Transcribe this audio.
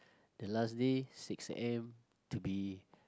the last day six a_m to be